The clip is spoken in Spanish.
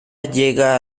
llega